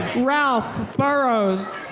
ralph burrows.